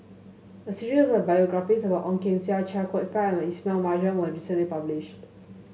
a series of biographies about Ong Keng Sen Chia Kwek Fah and Ismail Marjan was recently published